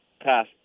Pass